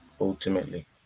ultimately